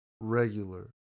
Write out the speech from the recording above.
regular